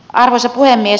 arvoisa puhemies